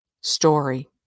story